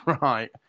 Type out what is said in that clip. right